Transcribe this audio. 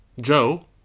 Joe